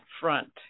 front